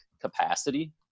capacity